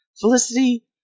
Felicity